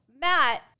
Matt